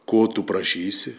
ko tu prašysi